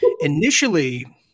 initially